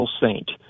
saint